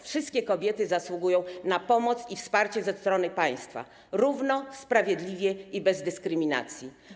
Wszystkie kobiety zasługują na pomoc i wsparcie ze strony państwa - równo, sprawiedliwie i bez dyskryminacji.